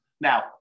Now